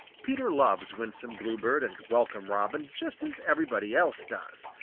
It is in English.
peter loves winsome bluebird and welcome robin, just as everybody else does,